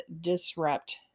disrupt